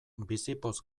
bizipoz